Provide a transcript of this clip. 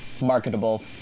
marketable